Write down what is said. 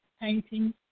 painting